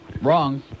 Wrong